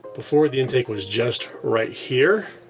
before, the intake was just right here,